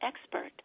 expert